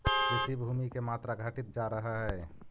कृषिभूमि के मात्रा घटित जा रहऽ हई